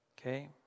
Okay